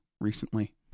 recently